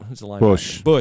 Bush